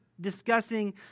discussing